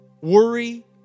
Worry